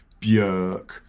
Björk